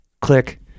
click